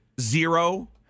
zero